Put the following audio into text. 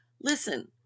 Listen